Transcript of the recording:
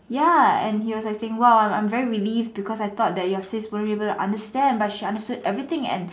ya and he was like saying !wow! I'm really relieved cause I thought your sis won't be able to understand but she under stand everything and